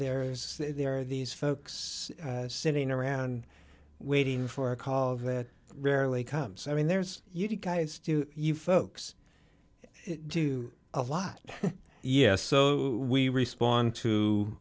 there is there are these folks sitting around waiting for a call that rarely comes i mean there's you guys do you folks do a lot yes so we respond to